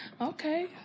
Okay